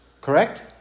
Correct